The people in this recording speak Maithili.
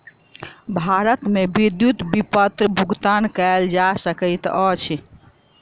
भारत मे विद्युत विपत्र भुगतान कयल जा सकैत अछि